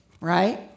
right